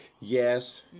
yes